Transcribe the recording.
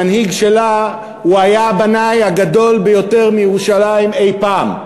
המנהיג שלה הוא היה הבנאי הגדול ביותר בירושלים אי-פעם.